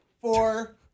four